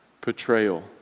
portrayal